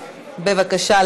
בבקשה,